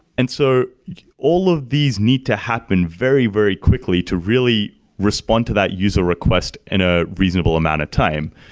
and so all of these need to happen very, very quickly to really respond to that user request in a reasonable amount of time.